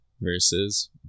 versus